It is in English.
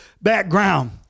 background